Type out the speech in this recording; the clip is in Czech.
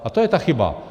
A to je ta chyba.